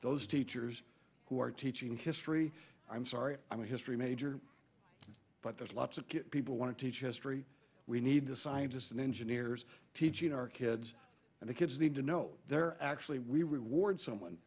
those teachers who are teaching history i'm sorry i'm a history major but there's lots of people want to teach history we need the scientists and engineers teaching our kids and the kids need to know they're actually we reward someone